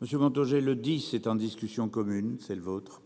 Monsieur manteaux ai le 17 en discussion commune c'est le vôtre.